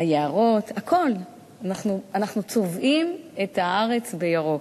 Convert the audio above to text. היערות, הכול, אנחנו צובעים את הארץ בירוק.